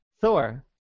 Thor